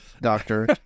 doctor